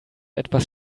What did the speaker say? etwas